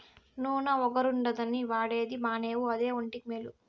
నూన ఒగరుగుందని వాడేది మానేవు అదే ఒంటికి మేలు